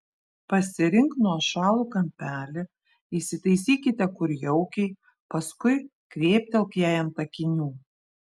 pasirink nuošalų kampelį įsitaisykite kur jaukiai paskui kvėptelk jai ant akinių